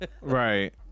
Right